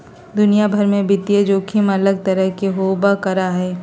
दुनिया भर में वित्तीय जोखिम अलग तरह के होबल करा हई